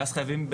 ואז חייבים,